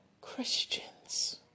Christians